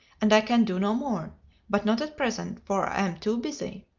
and i can do no more but not at present, for i am too busy.